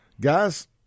guys